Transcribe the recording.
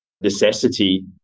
necessity